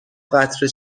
قطره